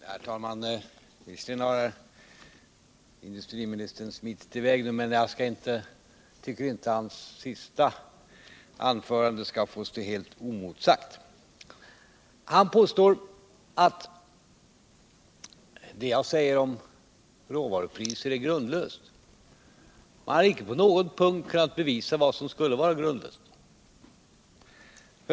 Herr talman! Industriministern har visserligen smitit i väg nu, men jag tycker inte att hans sista anförande skall få stå helt oemotsagt. Industriministern påstår att det jag säger om råvarupriser är grundlöst, men han har icke på någon punkt kunnat bevisa vad som skulle kunna vara grundlöst.